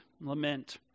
lament